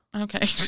Okay